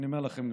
ואני אומר לכם,